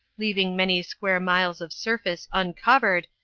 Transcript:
leaving many square miles of surface uncovered,